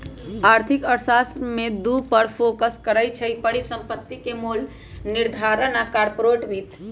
आर्थिक अर्थशास्त्र में दू पर फोकस करइ छै, परिसंपत्ति के मोल निर्धारण आऽ कारपोरेट वित्त